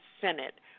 Senate